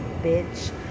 bitch